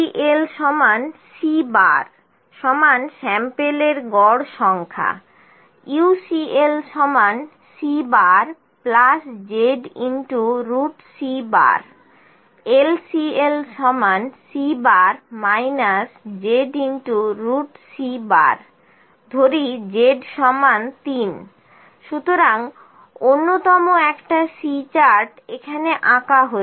CL C স্যাম্পেলের গড় সংখ্যা UCL CzC LCL C zC ধরি z 3 সুতরাং অন্যতম একটা C চার্ট এখানে আঁকা হয়েছে